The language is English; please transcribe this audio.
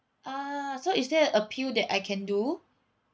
ah so is there a appeal that I can do